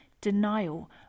denial